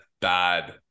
bad